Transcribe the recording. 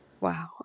Wow